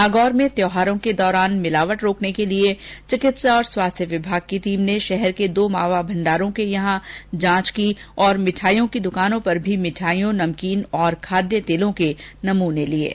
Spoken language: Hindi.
नागौर में त्यौहारों के दौरान मिलावट रोकने के लिए चिकित्सा और स्वास्थ्य विभाग की टीम ने नागौर शहर के दो मावा भंडारों के यहां मावा की जांच की तथा मिठाइयों की द्वकानों पर भी मिठाइयों नमकीन और खाद्य तेलों के नमूने भी लिए हैं